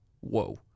Whoa